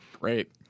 Great